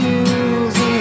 use